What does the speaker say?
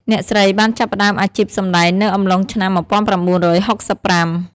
អ្នកស្រីបានចាប់ផ្ដើមអាជីពសម្ដែងនៅអំឡុងឆ្នាំ១៩៦៥។